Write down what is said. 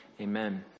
Amen